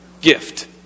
Gift